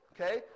Okay